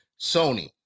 Sony